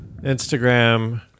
Instagram